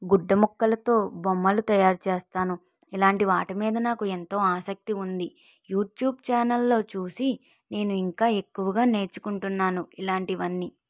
గుడ్డ ముక్కలతో బొమ్మలు తయారు చేస్తాను ఇలాంటి వాటి మీద నాకు ఎంతో ఆసక్తి ఉంది యూట్యూబ్ ఛానల్లో చూసి నేను ఇంకా ఎక్కువగా నేర్చుకుంటున్నాను ఇలాంటివన్నీ